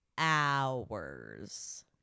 hours